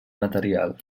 material